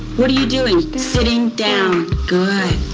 what are you doing? sitting down. good.